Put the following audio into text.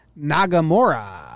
nagamora